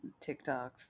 TikToks